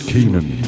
Keenan